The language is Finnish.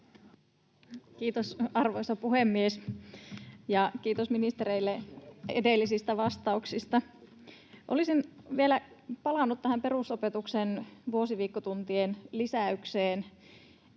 Kiitos, arvoisa puhemies! Kiitos ministereille edellisistä vastauksista. Olisin vielä palannut tähän perusopetuksen vuosiviikkotuntien lisäykseen.